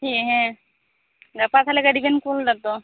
ᱦᱮᱸ ᱦᱮᱸ ᱜᱟᱯᱟ ᱛᱟᱦᱚᱞᱮ ᱜᱟᱹᱰᱤᱵᱤᱱ ᱠᱳᱞ ᱮᱫᱟᱼᱛᱚ